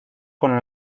con